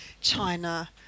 China